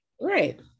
Right